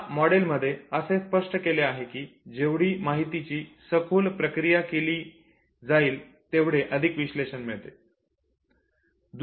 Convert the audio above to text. या मॉडेलमध्ये असे स्पष्ट केले आहे की जेवढी माहितीची सखोल प्रक्रिया केली जाईल तेवढे अधिक विश्लेषण मिळते